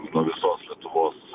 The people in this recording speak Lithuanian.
nuo visos lietuvos